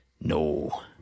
No